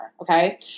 Okay